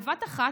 בבת אחת,